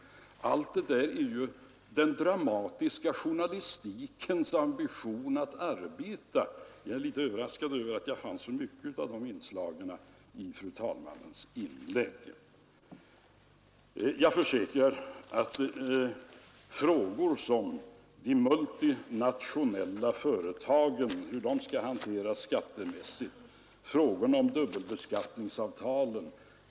Det är ju den dramatiska journalistikens ambition att arbeta på detta sätt. Jag är litet överraskad över att jag fann så mycket av sådana inslag i fru talmannens inlägg. Jag försäkrar att jag i dag inte tänker gå in på frågor om hur de multinationella företagen skall hanteras skattemässigt och om dubbelbeskattningsavtalen.